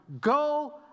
Go